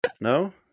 No